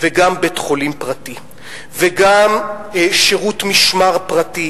וגם בית-חולים פרטי וגם שירות משמר פרטי